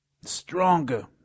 Stronger